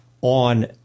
on